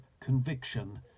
conviction